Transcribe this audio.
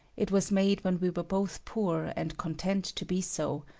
it was made when we were both poor and content to be so,